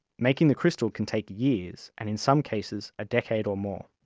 making the crystal can take years, and in some cases a decade or more.